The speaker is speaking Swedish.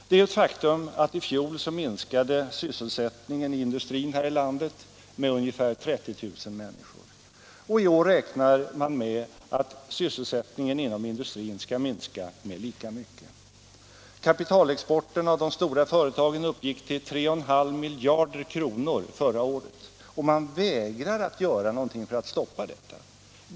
Det är ett faktum att i fjol minskade sysselsättningen i industrin här i landet med ungefär 30 000 människor, och i år räknar man med att sysselsättningen inom industrin skall minska lika mycket. Kapitalexporten av de stora företagen uppgick till 3,5 miljarder kronor förra året, och man vägrar att göra någonting för att stoppa detta.